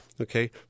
Okay